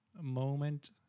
moment